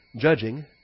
judging